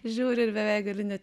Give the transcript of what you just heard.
žiūri beveik gali net